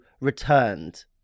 returned